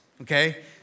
okay